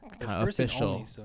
official